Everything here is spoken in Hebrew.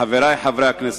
חברי חברי הכנסת,